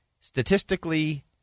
statistically